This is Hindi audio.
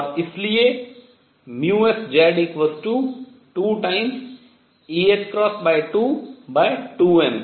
और इसलिए sZ2eℏ22m या 2eℏ22me